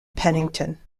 pennington